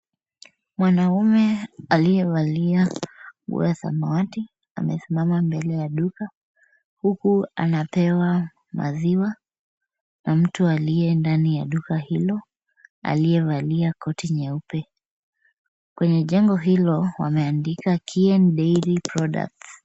Mwanaume aliyevalia nguo ya samawati amesimama mbele ya duka, huku anapewa maziwa na mtu aliye ndani ya duka hilo, aliye valia koti nyeupe. Kwenye jengo hilo wameandika Kieni dairy products